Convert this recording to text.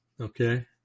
okay